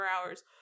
hours